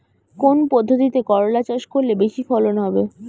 কোন পদ্ধতিতে করলা চাষ করলে বেশি ফলন হবে?